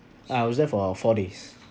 I was there for uh four days